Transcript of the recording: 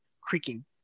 creaking